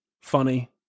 funny